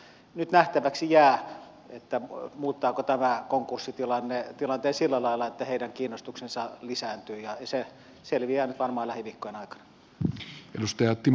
nyt nähtäväksi jää muuttaako tämä konkurssitilanne tilanteen sillä lailla että heidän kiinnostuksensa lisääntyy ja se selviää nyt varmaan lähiviikkojen aikana